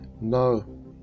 No